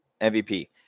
MVP